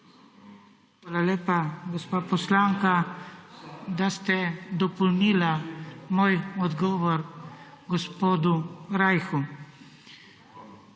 Hvala lepa, gospa poslanka, da ste dopolnili moj odgovor gospodu Rajhu.